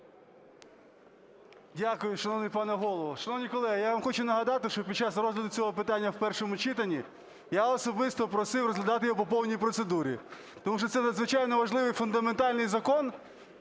Дякую, шановний пане Голово. Шановні колеги! Я вам хочу нагадати, що під час розгляду цього питання в першому читанні я особисто просив розглядати його по повній процедурі. Тому що це надзвичайно важливий фундаментальний закон